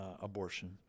abortion